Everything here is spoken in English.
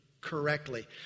correctly